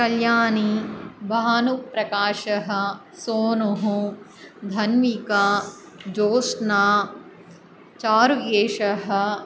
कल्याणी भानुप्रकाशः सोनुः धन्विका ज्योत्स्ना चारुकेशः